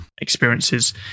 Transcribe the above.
experiences